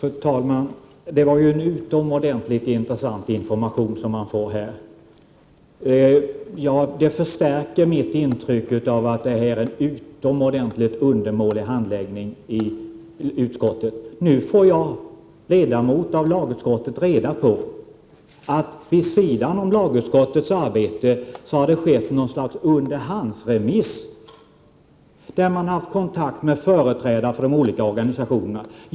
Fru talman! Det var ju en utomordentligt intressant information som man fick här. Den förstärker mitt intryck av att det har varit en ytterligt undermålig handläggning i utskottet. Nu får jag — ledamot av lagutskottet — reda på att det vid sidan om lagutskottets arbete har gjorts något slags underhandsremiss, där man har haft kontakt med företrädare för de olika organisationerna.